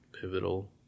pivotal